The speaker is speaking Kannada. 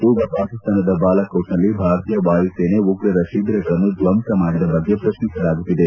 ಈಗ ಪಾಕಿಸ್ಥಾನದ ಬಾಲಾಕೋಟ್ನಲ್ಲಿ ಭಾರತೀಯ ವಾಯುಸೇನೆ ಉಗ್ರರ ಶಿಬಿರಗಳನ್ನು ದ್ವಂಸ ಮಾಡಿದ ಬಗ್ಗೆ ಪ್ರಶ್ನಿಸಲಾಗುತ್ತಿದೆ